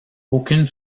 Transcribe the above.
aucune